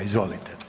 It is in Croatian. Izvolite.